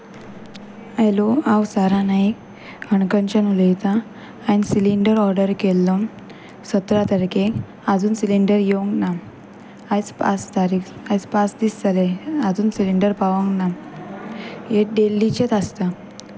hello हांव सारा नायक हणकंच्यान उलयतां हांवें सिलींडर ऑर्डर केल्लो सतरा तारखेक आजून सिलींडर येवंक ना आयज पांच तारीक आयज पांच दीस जाले आजून सिलींडर पावोंक ना हे डेल्लीचेच आसता